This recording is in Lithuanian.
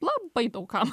labai daug kam